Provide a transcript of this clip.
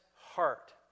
heart